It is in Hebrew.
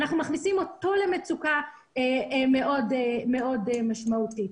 אנחנו מכניסים אותו למצוקה מאוד משמעותית.